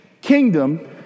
kingdom